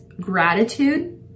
gratitude